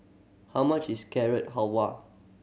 how much is Carrot Halwa